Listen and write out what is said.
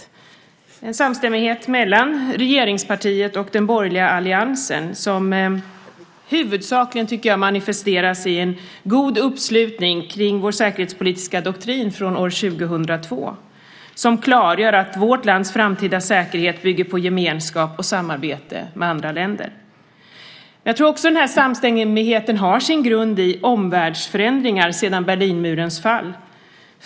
Denna samstämmighet mellan regeringspartiet och den borgerliga alliansen manifesteras huvudsakligen, tycker jag, i en god uppslutning kring vår säkerhetspolitiska doktrin från år 2002 som klargör att vårt lands framtida säkerhet bygger på gemenskap och samarbete med andra länder. Jag tror också att den här samstämmigheten har sin grund i omvärldsförändringar sedan Berlinmurens fall.